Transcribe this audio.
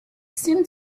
seemed